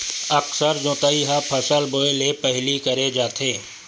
अकरस जोतई ह फसल बोए ले पहिली करे जाथे